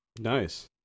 Nice